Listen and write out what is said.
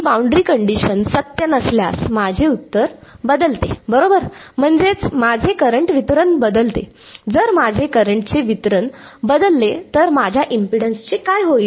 ही boundary condition सत्य नसल्यास माझे उत्तर बदलते बरोबर म्हणजेच माझे करंट वितरण बदलते जर माझे करंटचे वितरण बदलले तर माझ्या इम्पेडन्सचे काय होईल